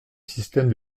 système